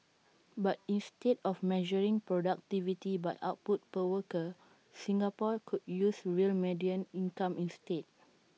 but instead of measuring productivity by output per worker Singapore could use real median income instead